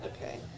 Okay